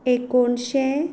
एकोणशे